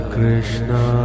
Krishna